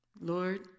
Lord